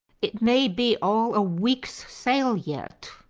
it may be all a week's sail yet,